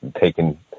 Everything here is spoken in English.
taking